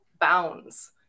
bounds